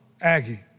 Aggie